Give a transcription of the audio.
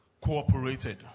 cooperated